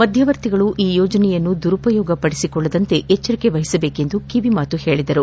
ಮಧ್ಯವರ್ತಿಗಳು ಈ ಯೋಜನೆಯನ್ನು ದುರುಪಯೋಗಪಡಿಸಿಕೊಳ್ಳದಂತೆ ಎಚ್ಚರಿಕೆ ವಹಿಸಬೇಕೆಂದು ಕಿವಿಮಾತು ಹೇಳಿದರು